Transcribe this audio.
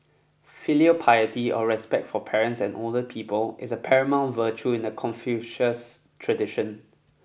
filial piety or respect for parents and older people is a paramount virtue in the confucius tradition